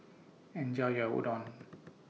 Enjoy your Udon